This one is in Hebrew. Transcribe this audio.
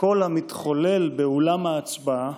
כל המתחולל באולם ההצבעה